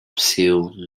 seal